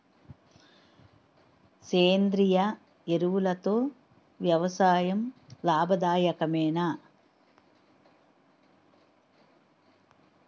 సేంద్రీయ ఎరువులతో వ్యవసాయం లాభదాయకమేనా?